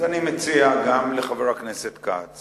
אז אני מציע גם לחבר הכנסת כץ